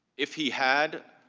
if he had.